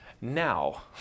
now